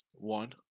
One